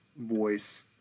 voice